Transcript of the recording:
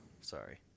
sorry